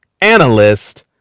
analyst